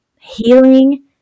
healing